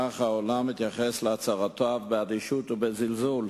אך העולם מתייחס להצהרותיו באדישות ובזלזול.